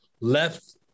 left